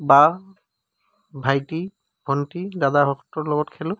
বা ভাইটি ভন্টি দাদাহঁতৰ লগত খেলোঁ